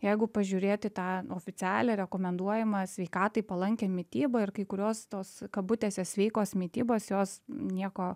jeigu pažiūrėti tą oficialią rekomenduojamą sveikatai palankią mitybą ir kai kurios tos kabutėse sveikos mitybos jos nieko